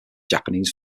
japanese